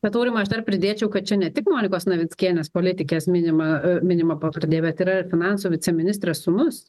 bet aurimai aš dar pridėčiau kad čia ne tik monikos navickienės politikės minima minima pavardė bet yra ir finansų viceministrės sūnus